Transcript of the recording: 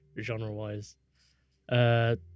genre-wise